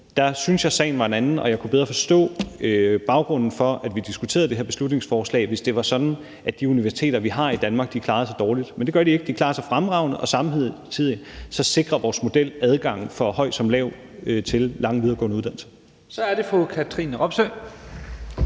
synes jeg, at sagen var en anden, og jeg kunne bedre forstå baggrunden for det her beslutningsforslag, hvis det var sådan, at de universiteter, vi har i Danmark, klarede sig dårligt, men det gør de ikke. De klarer sig fremragende, og samtidig sikrer vores model adgang for høj som lav til lange videregående uddannelser. Kl. 11:14 Første